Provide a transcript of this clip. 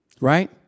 Right